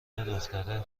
دختره